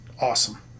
awesome